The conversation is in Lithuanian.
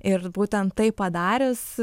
ir būtent taip padaręs